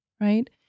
right